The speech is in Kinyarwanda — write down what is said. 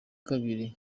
kabiri